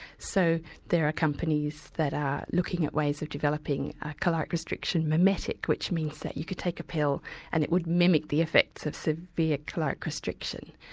so there are companies that are looking at ways of developing a caloric restriction mimetic, which means that you could take a pill and it would mimic the effects of severe caloric caloric restriction,